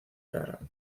era